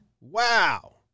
Wow